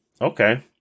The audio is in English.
okay